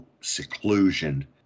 seclusion